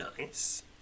Nice